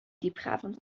diepgravend